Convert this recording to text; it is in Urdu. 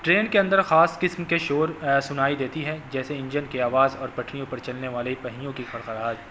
ٹرین کے اندر خاص قسم کے شور سنائی دیتی ہیں جیسے انجن کی آواز اور پٹریوں پر چلنے والے پہیوں کی کھڑکھڑاہٹ